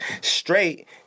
straight